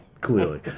Clearly